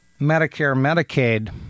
Medicare-Medicaid